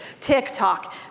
TikTok